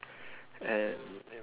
and